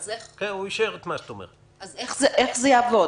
איך זה יעבוד?